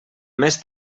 més